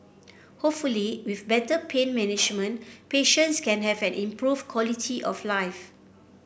hopefully with better pain management patients can have an improved quality of life